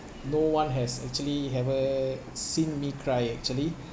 no one has actually ever seen me cry actually